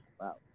Wow